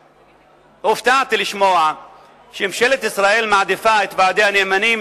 הופתעתי לשמוע שממשלת ישראל מעדיפה את ועדי הנאמנים